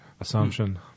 assumption